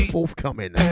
Forthcoming